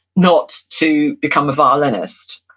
not to become a violinist.